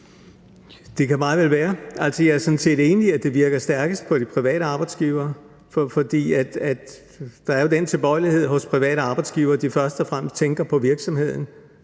Det kan meget vel være. Jeg er sådan set enig i, at det virker stærkest på de private arbejdsgivere, fordi der jo er den tilbøjelighed hos private arbejdsgivere, at de først og fremmest tænker på virksomheden